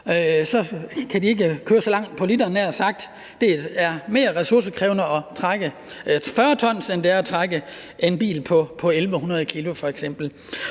kan de ikke køre så langt på literen. Det er mere ressourcekrævende at trække 40 t, end det er at trække en bil på 1.100 kg f.eks.